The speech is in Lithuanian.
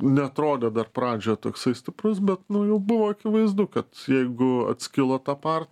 neatrodo dar pradžioje toksai stiprus bet nu jau buvo akivaizdu kad jeigu atskilo ta par